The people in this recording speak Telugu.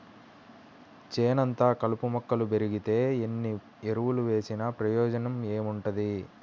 చేనంతా కలుపు మొక్కలు బెరిగితే ఎన్ని ఎరువులు వేసినా ప్రయోజనం ఏముంటది